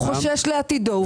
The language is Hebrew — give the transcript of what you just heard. הוא חושש לעתידו.